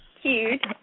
huge